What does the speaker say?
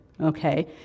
okay